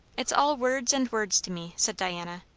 it's all words and words to me, said diana.